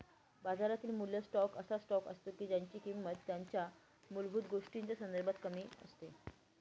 बाजारातील मूल्य स्टॉक असा स्टॉक असतो की ज्यांची किंमत त्यांच्या मूलभूत गोष्टींच्या संदर्भात कमी असते